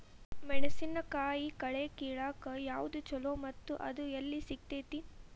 ಮೆಣಸಿನಕಾಯಿ ಕಳೆ ಕಿಳಾಕ್ ಯಾವ್ದು ಛಲೋ ಮತ್ತು ಅದು ಎಲ್ಲಿ ಸಿಗತೇತಿ?